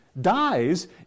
Dies